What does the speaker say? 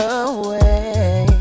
away